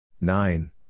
Nine